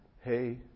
hey